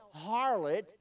harlot